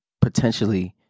potentially